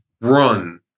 run